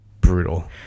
brutal